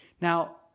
Now